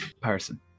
person